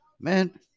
Man